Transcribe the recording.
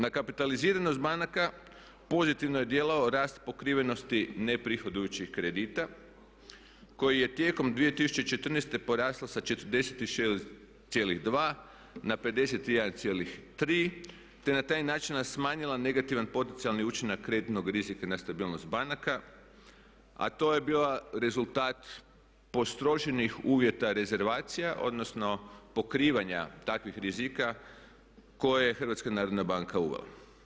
Na kapitaliziranost banaka pozitivno je djelovao rast pokrivenosti neprihodujućih kredita koji je tijekom 2014. porasla sa 46,2 na 51,3 te na taj način smanjila negativni potencijalni učinak kreditnog rizika na stabilnost banaka a to je bila rezultat postroženih uvjeta rezervacija, odnosno pokrivanja takvih rizika koje je Hrvatska narodna banka uvela.